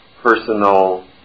personal